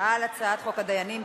על הצעת חוק הדיינים (תיקון,